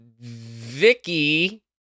Vicky